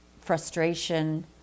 frustration